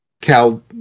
Cal